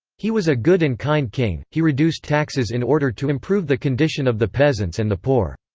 he was a good and kind king he reduced taxes in order to improve the condition of the peasants and the poor.